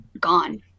gone